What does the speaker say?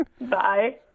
Bye